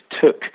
took